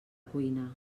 cuina